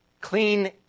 clean